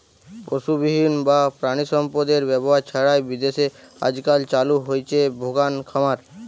পশুবিহীন বা প্রাণিসম্পদএর ব্যবহার ছাড়াই বিদেশে আজকাল চালু হইচে ভেগান খামার